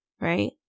right